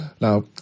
Now